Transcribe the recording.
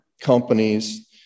companies